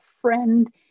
friend